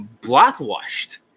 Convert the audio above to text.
blackwashed